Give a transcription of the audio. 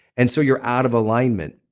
and so you're out of alignment.